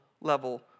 level